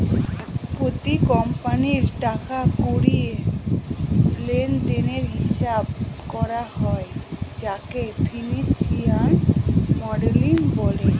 প্রতি কোম্পানির টাকা কড়ি লেনদেনের হিসাব করা হয় যাকে ফিনান্সিয়াল মডেলিং বলে